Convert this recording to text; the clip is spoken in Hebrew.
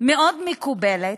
מאוד מקובלת,